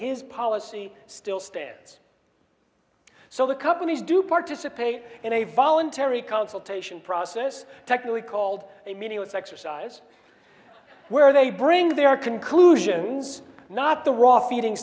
his policy still stands so the companies do participate in a voluntary consultation process technically called a meaningless exercise where they bring their conclusions not the raw feeding